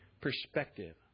perspective